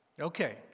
Okay